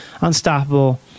unstoppable